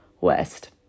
west